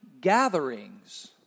gatherings